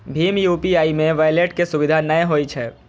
भीम UPI मे wallet के सुविधा नै होइ छै